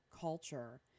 culture